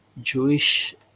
jewish